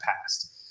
past